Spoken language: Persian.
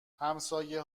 همسایه